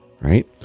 right